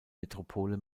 metropole